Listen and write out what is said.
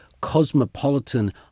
cosmopolitan